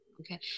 okay